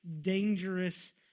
dangerous